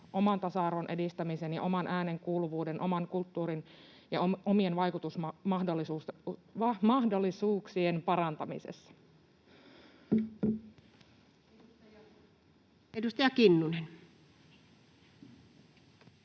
oman tasa-arvon edistämisen ja oman äänen kuuluvuuden, oman kulttuurin ja omien vaikutusmahdollisuuksien parantamisessa. [Speech